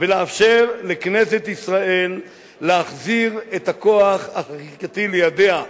ולאפשר לכנסת ישראל להחזיר את הכוח החקיקתי לידיה,